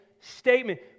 statement